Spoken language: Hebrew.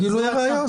גילויה הראיה.